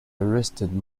arrested